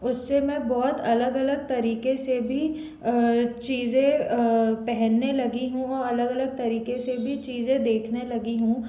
उससे मैं बहुत अलग अलग तरीके से भी चीज़ें पहनने लगी हूँ अलग अलग तरीके से भी चीज़ें देखने लगी हूँ